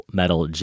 metal